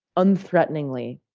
unthreateningly,